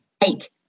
take